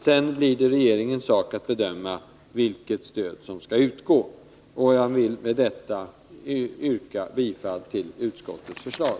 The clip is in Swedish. Sedan blir det regeringens sak att bedöma vilket stöd som skall utgå. Jag vill med detta yrka bifall till utskottets förslag.